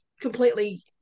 completely